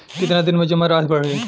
कितना दिन में जमा राशि बढ़ी?